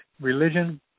religion